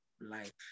life